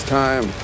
time